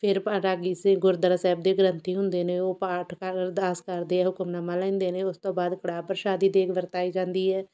ਫ਼ਿਰ ਭਾ ਰਾਗੀ ਸਿੰਘ ਗੁਰਦੁਆਰਾ ਸਾਹਿਬ ਦੇ ਗ੍ਰੰਥੀ ਹੁੰਦੇ ਨੇ ਉਹ ਪਾਠ ਕਰ ਅਰਦਾਸ ਕਰਦੇ ਆ ਹੁਕਮਨਾਮਾ ਲੈਂਦੇ ਨੇ ਉਸ ਤੋਂ ਬਾਅਦ ਕੜਾਹ ਪ੍ਰਸ਼ਾਦ ਦੀ ਦੇਗ ਵਰਤਾਈ ਜਾਂਦੀ ਹੈ